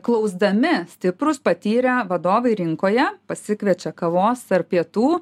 klausdami stiprūs patyrę vadovai rinkoje pasikviečia kavos ar pietų